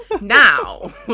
now